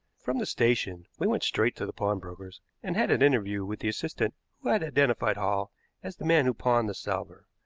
from the station we went straight to the pawnbroker's and had an interview with the assistant who had identified hall as the man who pawned the salver.